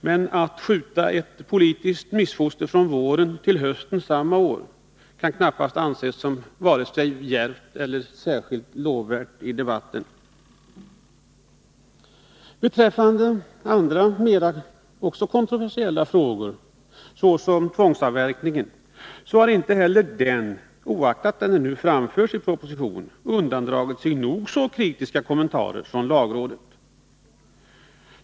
Men att skjuta ett politiskt missfoster från våren till hösten samma år kan knappast anses som vare sig djärvt eller särskilt lovvärt i debatten. Beträffande andra, också mera kontroversiella frågor, såsom tvångsavverkningen, så har inte heller den — oaktat att den nu framförts i proposition — undandragit sig nog så kritiska kommentarer från lagrådet.